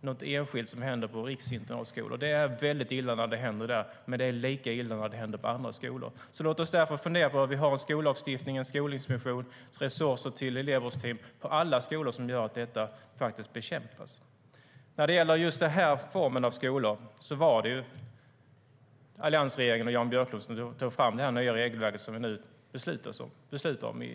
något enskilt som händer på riksinternatskolor. Det är illa när det händer där, men det är lika illa när det händer på andra skolor. Det finns en skollagstiftning, en skolinspektion och resurser till elevvårdsteam som gör att problemen kan bekämpas på alla skolor. För den form av skolor vi talar om i dag var det alliansregeringen och Jan Björklund som tog fram det nya regelverket som kammaren nu ska besluta om.